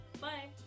bye